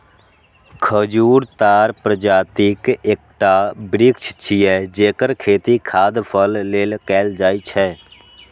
खजूर ताड़ प्रजातिक एकटा वृक्ष छियै, जेकर खेती खाद्य फल लेल कैल जाइ छै